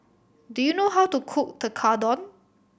do you know how to cook Tekkadon